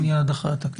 מייד אחר התקציב.